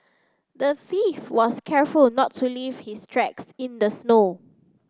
the thief was careful not to leave his tracks in the snow